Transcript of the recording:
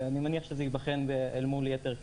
אני מניח שזה ייבחן אל מול יתר הכלים,